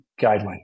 guideline